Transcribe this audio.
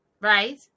right